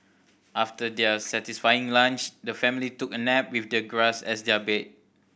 after their satisfying lunch the family took a nap with the grass as their bed